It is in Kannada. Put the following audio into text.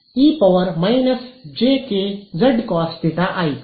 ⃗E0e jk0zcosθ ಆಯಿತು